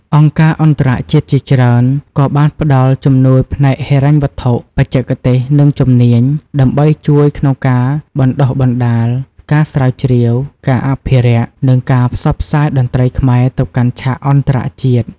អង្គការអន្តរជាតិជាច្រើន ក៏បានផ្តល់ជំនួយផ្នែកហិរញ្ញវត្ថុ បច្ចេកទេស និងជំនាញ ដើម្បីជួយក្នុងការបណ្តុះបណ្តាល ការស្រាវជ្រាវ ការអភិរក្ស និងការផ្សព្វផ្សាយតន្ត្រីខ្មែរទៅកាន់ឆាកអន្តរជាតិ។